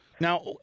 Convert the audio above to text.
Now